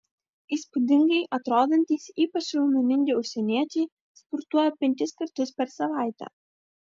įspūdingai atrodantys ypač raumeningi užsieniečiai sportuoja penkis kartus per savaitę